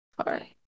Sorry